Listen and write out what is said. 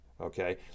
Okay